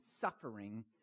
suffering